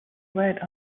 wait